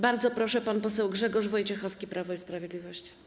Bardzo proszę, pan poseł Grzegorz Wojciechowski, Prawo i Sprawiedliwość.